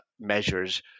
measures